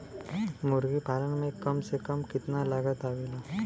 मुर्गी पालन में कम से कम कितना लागत आवेला?